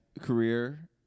career